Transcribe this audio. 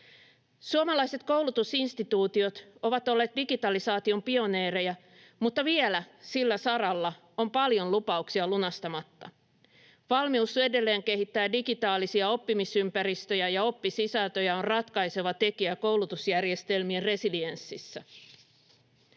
Suomalaiset koulutusinstituutiot ovat olleet digitalisaation pioneereja, mutta vielä sillä saralla on paljon lupauksia lunastamatta. Valmius edelleenkehittää digitaalisia oppimisympäristöjä ja oppisisältöjä on ratkaiseva tekijä koulutusjärjestelmien resilienssissä.